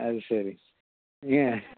அது சரி ஏங்க